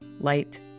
light